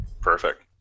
perfect